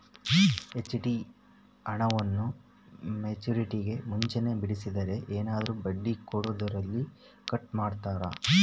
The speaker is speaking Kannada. ಎಫ್.ಡಿ ಹಣವನ್ನು ಮೆಚ್ಯೂರಿಟಿಗೂ ಮುಂಚೆನೇ ಬಿಡಿಸಿದರೆ ಏನಾದರೂ ಬಡ್ಡಿ ಕೊಡೋದರಲ್ಲಿ ಕಟ್ ಮಾಡ್ತೇರಾ?